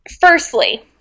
firstly